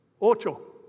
Ocho